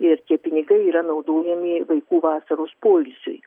ir tie pinigai yra naudojami vaikų vasaros poilsiui